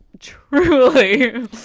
truly